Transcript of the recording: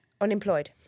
Unemployed